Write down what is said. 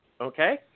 Okay